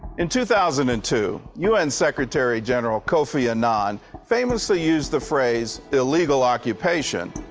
in two thousand and two, u n. secretary-general kofi annan famously used the phrase illegal occupation,